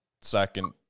second